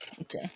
okay